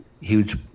huge